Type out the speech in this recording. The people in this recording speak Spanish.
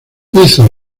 hizo